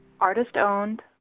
artist-owned